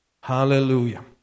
Hallelujah